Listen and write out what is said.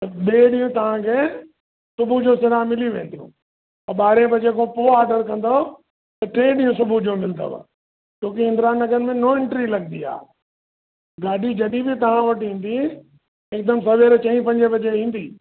त ॿिए ॾींहं तव्हांखे सुबुह जो सिरां मिली वेंदियूं ऐं ॿारहें बजे खां पोइ ओर्डर कंदओ त टे ॾींहं सुबुह जो मिलिदव छो की इन्द्रां नगर मे नो एंट्री लगंदी आहे गाॾी जॾहिं बि तव्हां वटि ईंदी हिकदमि सवेल चईं पंजे बजे ईंदी